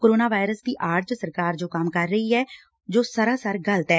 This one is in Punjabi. ਕੋਰੋਨਾ ਵਾਇਰਸ ਦੀ ਆਤ ਚ ਸਰਕਾਰ ਜੋ ਕੰਮ ਕਰ ਰਹੀ ਐ ਜੋ ਸਰਾਸਰ ਗਲਤ ਐ